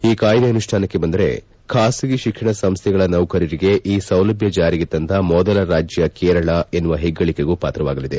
ಈ ಕಾಯ್ಲೆ ಅನುಷ್ಲಾನಕ್ಕೆ ಬಂದರೆ ಖಾಸಗಿ ಶಿಕ್ಷಣ ಸಂಸ್ಲೆಗಳ ನೌಕರರಿಗೆ ಈ ಸೌಲಭ್ಯ ಜಾರಿಗೆ ತಂದ ಮೊದಲ ರಾಜ್ಯ ಕೇರಳ ಎನ್ನುವ ಹೆಗ್ಗಳಿಕೆಗೆ ಪಾತ್ರವಾಗಲಿದೆ